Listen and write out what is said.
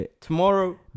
Tomorrow